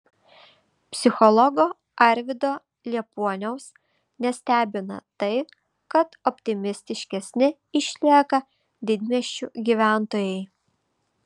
psichologo arvydo liepuoniaus nestebina tai kad optimistiškesni išlieka didmiesčių gyventojai